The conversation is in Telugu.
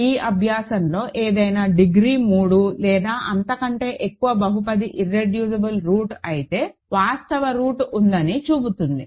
ఈ అభ్యాసంలో ఏదైనా డిగ్రీ 3 లేదా అంతకంటే ఎక్కువ బహుపది ఇర్రెడ్యూసిబుల్ రూట్ అయితే వాస్తవ రూట్ ఉందని చూపుతుంది